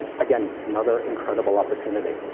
again, another incredible opportunity.